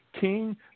king